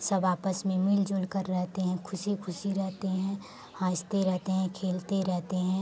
सब आपस में मिलजुल कर रहते हैं खुशी खुशी रहेते हैं हँसते रहते हैं खेलते रहते हैं